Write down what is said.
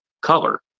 color